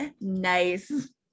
Nice